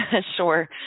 Sure